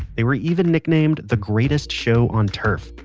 they were even nicknamed the greatest show on turf,